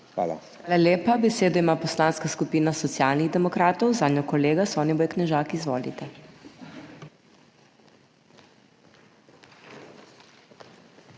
HOT: Hvala lepa. Besedo ima Poslanska skupina Socialnih demokratov, zanjo kolega Soniboj Knežak. Izvolite.